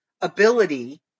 ability